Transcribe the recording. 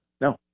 No